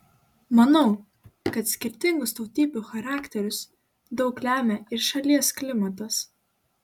manau kad skirtingus tautybių charakterius daug lemia ir šalies klimatas